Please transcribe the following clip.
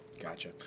Gotcha